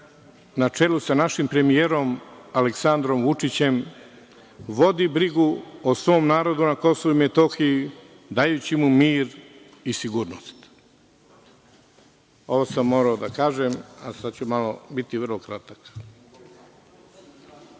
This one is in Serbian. na čelu sa našim premijerom Aleksandrom Vučićem, vodi brigu o svom narodu na KiM, dajući mu mir i sigurnost. Ovo sam morao da kažem, a sada ću biti vrlo kratak. Predlog